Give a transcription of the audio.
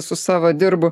su sava dirbu